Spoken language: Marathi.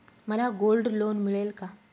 मला गोल्ड लोन मिळेल का?